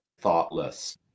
thoughtless